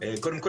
קודם כול,